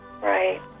right